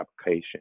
application